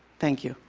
thank you.